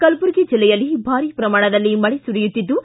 ಕಲಬುರ್ಗಿ ಜಿಲ್ಲೆಯಲ್ಲಿ ಭಾರೀ ಪ್ರಮಾಣದಲ್ಲಿ ಮಳೆ ಸುರಿಯುತ್ತಿದ್ದು